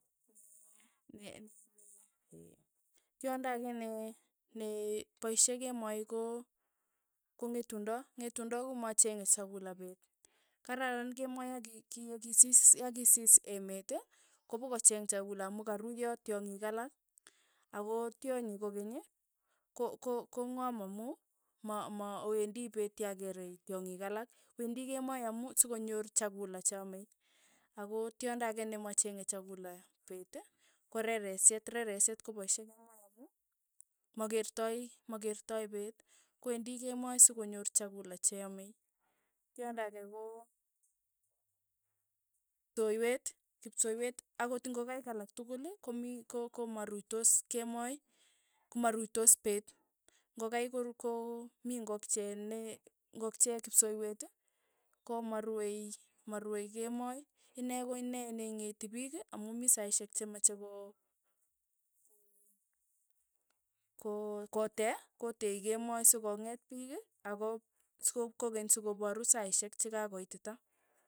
Ne- ne- ne tyondo ake ne- ne nepaishe kemoi ko- ko ng'etunde, ng'etundo komachenge chakula peet, kararan kemoi ya ki- ki kisiis ya kisis emet kopokocheng chakula amu karuyo tyong'ik alak, ako tyonyi kokeny ii, ko- ko kong'am amu ma- ma- mawendi peet ya keere tyongik alak, wendi kemoi amu sokonyor chakula che ame, ako tyondo ake nemacheng'e chakula peet ko reresiet, reresiet kopaishe kemoi amu makertoi makertoi peet, kwendi kemoi sokonyor chakula che yame, tyondo ake ko kipsoywet, ang'ot ingokaik alak tukul komii ko- ko komaruitos kemoi, komaruitos peet, ng'okaik ko mii ngokchee ne ngokchee kipsoywet ii, komarue maruey kemoi, inee ko inee neing'eti piik amu mii saishek che meche ko- ko- ko kotee, koteei kemoi sokong'et piik, ako siko kokeny sokoparu saishek chikakoitita.